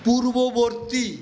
পূর্ববর্তী